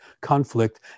conflict